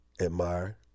admire